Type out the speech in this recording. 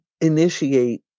initiate